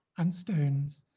and stones,